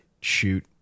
shoot